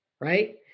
right